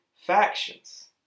factions